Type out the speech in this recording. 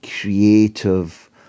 creative